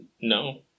No